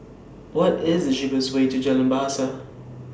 What IS The cheapest Way to Jalan Bahasa